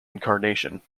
incarnation